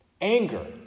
Anger